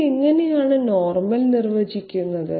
ഇത് എങ്ങനെയാണ് നോർമൽ നിർവചിക്കുന്നത്